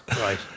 right